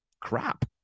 crap